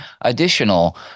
additional